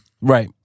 right